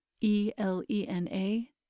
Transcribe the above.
E-L-E-N-A